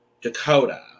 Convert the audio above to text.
dakota